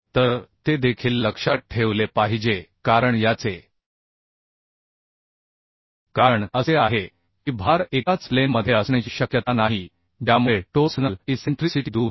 तर ते देखील लक्षात ठेवले पाहिजे कारण याचे कारण असे आहे की भार एकाच प्लेनमधे असण्याची शक्यता नाही ज्यामुळे टोर्सनल इसेंट्रिसिटि दूर होते